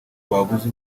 babuze